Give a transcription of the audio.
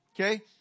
Okay